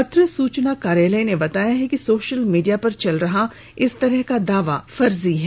पत्र सुचना कार्यालय ने बताया है कि सोशल मीडिया पर चल रहा इस तरह का दावा फर्जी है